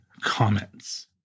comments